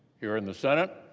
here in the senate,